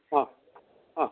অঁ অঁ